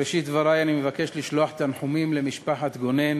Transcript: בראשית דברי אני מבקש לשלוח תנחומים למשפחת גונן